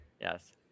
Yes